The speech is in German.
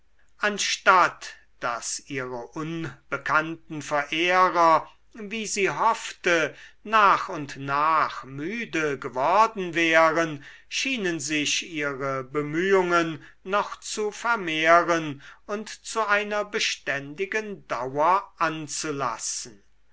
anstatt daß ihre unbekannten verehrer wie sie hoffte nach und nach müde geworden wären schienen sich ihre bemühungen noch zu vermehren und zu einer beständigen dauer anzulassen